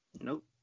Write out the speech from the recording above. Nope